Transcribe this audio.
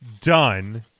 done